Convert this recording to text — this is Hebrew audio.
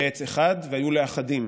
"לעץ אחד והיו לאחדים"